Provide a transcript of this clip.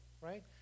right